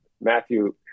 Matthew